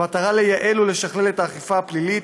במטרה לייעל ולשכלל את האכיפה הפלילית,